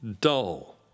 Dull